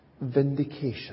vindication